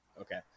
Okay